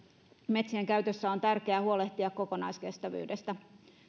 metsien käytössä on tärkeää huolehtia kokonaiskestävyydestä